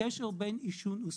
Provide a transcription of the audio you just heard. הקשר בין עישון וסביבה.